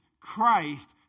Christ